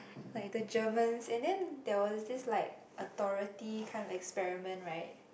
like the Germans and then there was this like authority kind of experiment [right]